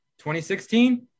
2016